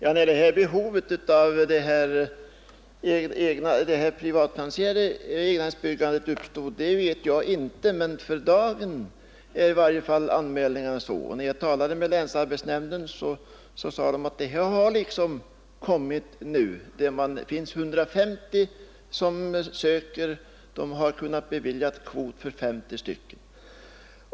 Herr talman! När behovet av det privatfinansierade egnahemsbyggandet uppstod — i slutet av förra året eller just nu vet jag inte — men för dagen är i varje fall anmälningarna många. När jag talade med länsarbetsnämnden sade man att dessa anmälningar kommit nu. Det är 150 som söker. Man har kunnat bevilja kvot för 50.